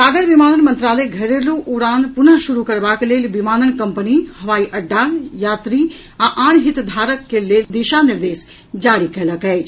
नागर विमानन मंत्रालय घरेलू उड़ान पुनः शुरू करबाक लेल विमानन कम्पनी हवाई अड्डा यात्री आ आन हितधारक के लेल दिशा निर्देश जारी कयलक अछि